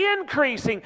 increasing